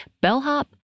bellhop